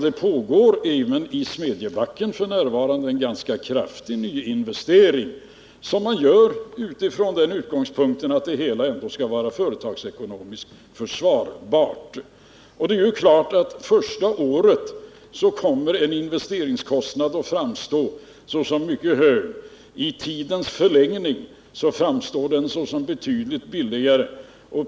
Det pågår även i Smedjebacken f. n. en ganska kraftig nyinvestering, som man gör med den utgångspunkten att det hela skall vara företagsekonomiskt försvarbart. Första året kommer en investeringskostnad att framstå såsom mycket hög. I tidens förlängning framstår den såsom betydligt lägre.